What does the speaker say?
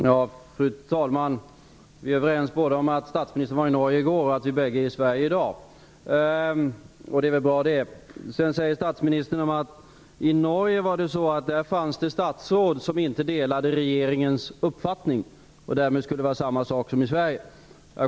Fru talman! Det är bra att vi är överens både om att statsministern var i Norge i går och att vi bägge är i Sverige i dag. Statsministern sade att det i Norge fanns ett statsråd som inte delade regeringens uppfattning och att det därmed skulle vara samma förhållande som i Sverige.